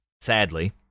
sadly